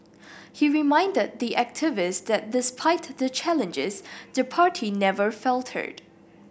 he reminded the activists that despite the challenges the party never faltered